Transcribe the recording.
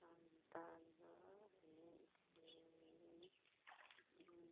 ᱥᱟᱱᱛᱟᱲ ᱫᱚ ᱮᱱᱮᱡ ᱥᱮᱨᱮᱧ